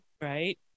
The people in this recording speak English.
right